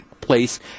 place